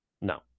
No